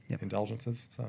indulgences